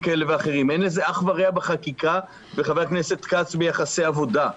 אין לזה אח ורע בחקיקה וביחסי עבודה.